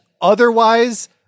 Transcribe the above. otherwise